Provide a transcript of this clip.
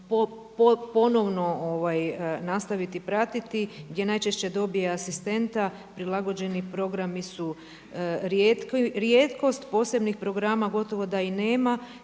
ponovno nastaviti pratiti gdje najčešće dobije asistenta. Prilagođeni programi su rijetkost. Posebnih programa gotovo da i nema